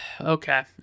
Okay